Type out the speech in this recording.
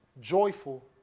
joyful